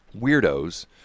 weirdos